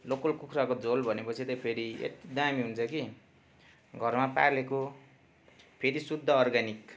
local कुखुराको झोल भने पछि फेरि यति दामी हुन्छ कि घरमा पालेको फेरि शुद्ध अर्गानिक